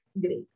great